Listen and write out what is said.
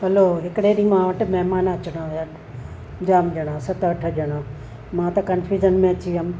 हलो हिकिड़े ॾींहुं मां वटि महिमान अचणा हुया जाम ॼणा सत अठ ॼणा मां त कंफ्यूज़न में अची वयमि